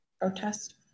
Protest